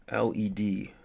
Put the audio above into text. LED